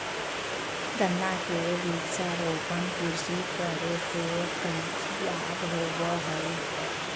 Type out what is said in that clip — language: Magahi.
गन्ना के वृक्षारोपण कृषि करे से कौची लाभ होबो हइ?